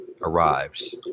arrives